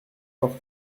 fort